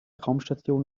raumstation